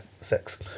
six